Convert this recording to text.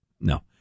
No